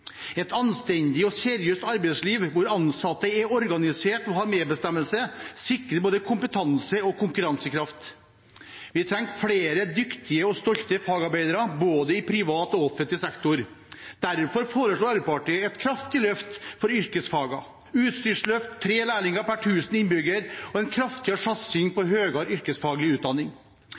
Et anstendig og seriøst arbeidsliv der ansatte er organisert og har medbestemmelse, sikrer både kompetanse og konkurransekraft. Vi trenger flere dyktige og stolte fagarbeidere både i privat og i offentlig sektor. Derfor foreslår Arbeiderpartiet et kraftig løft for yrkesfagene – utstyrsløft, tre lærlinger per tusen innbyggere og en kraftigere satsing på høyere yrkesfaglig utdanning.